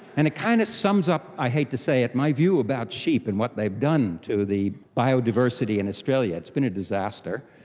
and it kind of sums up, i hate to say it, my view about sheep and what they've done to the biodiversity in australia. it's been a disaster.